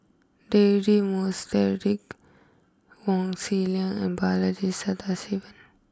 Deirdre Moss Derek Wong Zi Liang and Balaji Sadasivan